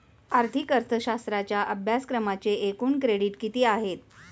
आर्थिक अर्थशास्त्राच्या अभ्यासक्रमाचे एकूण क्रेडिट किती आहेत?